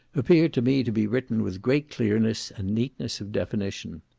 appeared to me to be written with great clearness, and neatness of definition.